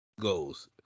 goes